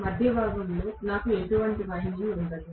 మధ్య భాగంలో నాకు ఎటువంటి వైండింగ్ ఉండదు